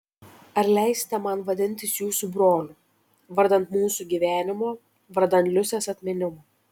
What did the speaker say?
ar leisite man vadintis jūsų broliu vardan mūsų gyvenimo vardan liusės atminimo